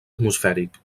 atmosfèric